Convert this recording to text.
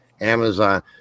Amazon